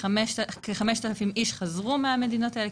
כ-5,000 איש חזרו מהמדינות האלה,